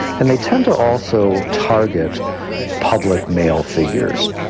and they tend to also target public male figures.